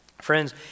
Friends